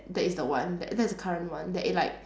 that is the one that's that's the current one that it like